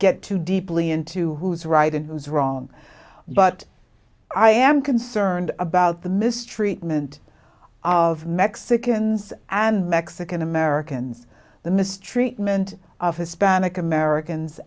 get too deeply into who's right and who's wrong but i am concerned about the mistreatment of mexicans and mexican americans the mistreatment of hispanic americans